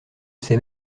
sait